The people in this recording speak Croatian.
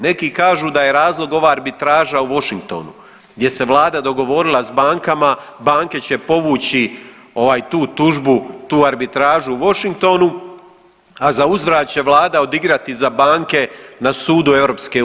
Neki kažu da je razlog ova arbitraža u Washingtonu gdje se vlada dogovorila sa bankama, banke će povući tu tužbu tu arbitražu u Washingtonu, a zauzvrat će vlada odigrati za banke na sudu EU.